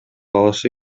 алышы